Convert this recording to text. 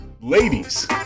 ladies